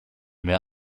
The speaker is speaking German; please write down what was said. mehr